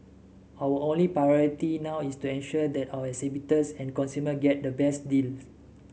our only priority now is ensure that our exhibitors and consumers get the best deal